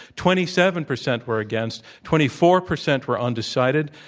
twenty seven percent were against, twenty four percent were undecided.